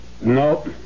No